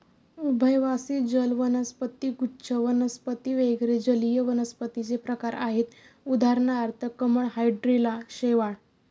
उभयवासी जल वनस्पती, गुच्छ वनस्पती वगैरे जलीय वनस्पतींचे प्रकार आहेत उदाहरणार्थ कमळ, हायड्रीला, शैवाल